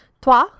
toi